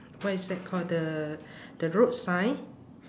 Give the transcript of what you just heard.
what is that called the the road sign